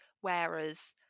whereas